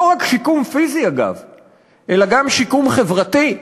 אגב, לא רק שיקום פיזי, אלא גם שיקום חברתי,